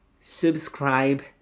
subscribe